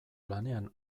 lanean